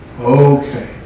Okay